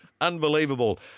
Unbelievable